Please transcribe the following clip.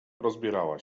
rozbierała